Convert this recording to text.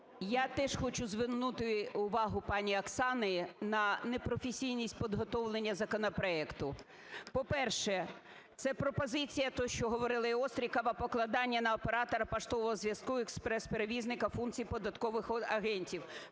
Я теж хочу звернути увагу пані Оксани на непрофесійність підготовлення законопроекту. По-перше, це пропозиція, те, що говорили і Острікова, покладання на оператора поштового зв'язку, експрес-перевізника функцій податкових агентів